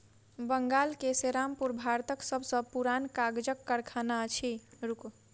बंगाल के सेरामपुर भारतक सब सॅ पुरान कागजक कारखाना अछि